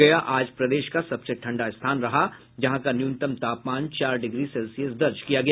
गया आज प्रदेश का सबसे ठंडा स्थान रहा जहां का न्यूनतम तापमान चार डिग्री सेल्सियस दर्ज किया गया